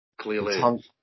clearly